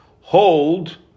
hold